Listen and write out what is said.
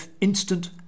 instant